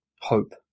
hope